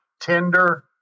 tender